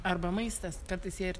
arba maistas kartais jie ir